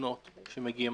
תלונות שמגיעות.